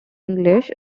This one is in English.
english